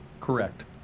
Correct